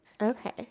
Okay